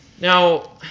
Now